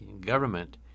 government